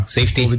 Safety